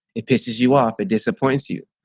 it pisses you off, it disappoints you.